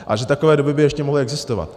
A že takové domy by ještě mohly existovat.